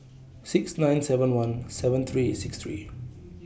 six nine seven one seven three six three